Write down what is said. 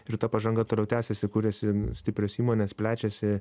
ir ta pažanga toliau tęsiasi kuriasi stiprios įmonės plečiasi